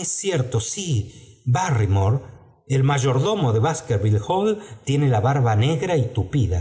es cierto sí bai rrymore el mayordomo de baskerville hall tiene i la barba negra y tupida